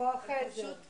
כוח עזר.